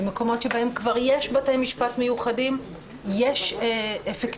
במקומות שבהם יש כבר בתי משפט מיוחדים יש אפקטיביות